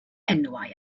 enwau